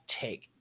take